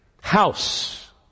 house